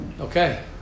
Okay